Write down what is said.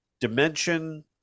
dimension